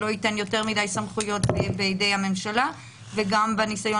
שלא ייתן יותר מידי סמכויות בידי הממשלה וגם בניסיון